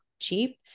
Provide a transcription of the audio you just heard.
cheap